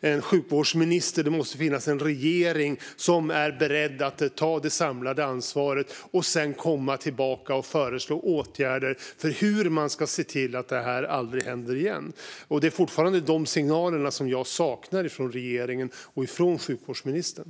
en sjukvårdsminister och en regering som är beredda att ta det samlade ansvaret och sedan komma tillbaka och föreslå åtgärder för hur man ska se till att det här aldrig händer igen. Det är fortfarande dessa signaler som jag saknar från regeringen och från sjukvårdsministern.